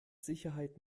sicherheit